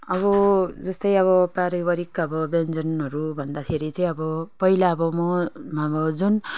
अब जस्तै अब पारिवारिक अब व्यन्जनहरू भन्दाखेरि चाहिँ अब पहिला अब म अब जुन